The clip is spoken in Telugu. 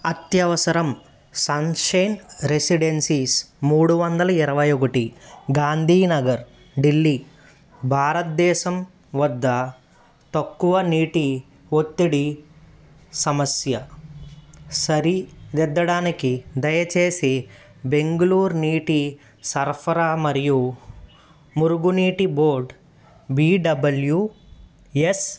అత్యవసరం సన్షైన్ రెసిడెన్సీస్ మూడు వందల ఇరవై ఒకటి గాంధీనగర్ ఢిల్లీ భారత్దేశం వద్ద తక్కువ నీటి ఒత్తిడి సమస్య సరిదిద్దడానికి దయచేసి బెంగ్ళూర్ నీటి సరఫరా మరియు మురుగునీటి బోర్డ్ బీ డబల్యూ ఎస్